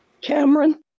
Cameron